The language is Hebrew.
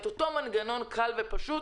את אותו מנגנון קל ופשוט